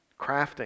Crafting